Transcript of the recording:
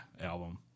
album